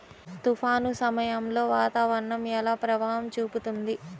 తుఫాను సమయాలలో వాతావరణం ఎలా ప్రభావం చూపుతుంది?